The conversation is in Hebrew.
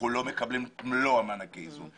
אנחנו לא מקבלים את מלוא מענקי האיזון.